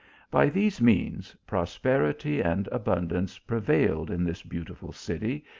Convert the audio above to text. by these means, prosperity and abundance prevailed in this beautiful city,